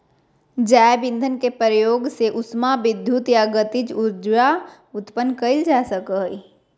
जैव ईंधन के प्रयोग से उष्मा विद्युत या गतिज ऊर्जा उत्पन्न कइल जा सकय हइ